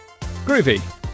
Groovy